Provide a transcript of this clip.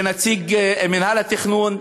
לנציג מינהל התכנון,